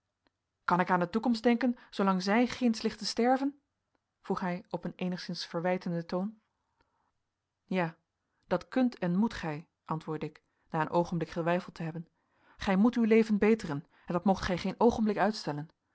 kan ik aan de toekomst denken zoo lang zij ginds ligt te sterven vroeg hij op een eenigszins verwijtenden toon ja dat kunt en moet gij antwoordde ik na een oogenblik geweifeld te hebben gij moet uw leven beteren en dat moogt gij geen oogenblik uitstellen